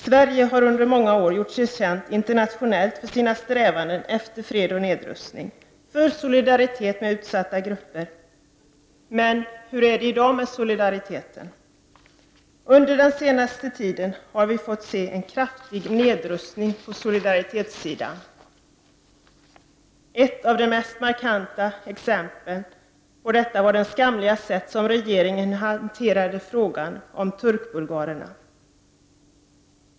Sverige har under många år gjort sig känt internationellt för sina strävanden efter fred och nedrustning, för solidaritet med utsatta grupper. Men hur är det i dag med solidariteten? Under den senaste tiden har vi fått se en kraftig nedrustning på solidaritetssidan. Ett av de mest markanta exemplen på detta var det skamliga sätt som regeringen hanterade frågan om turkbulgarerna på.